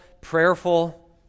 prayerful